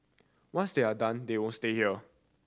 once they are done they won't stay here